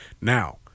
Now